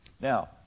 Now